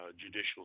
judicial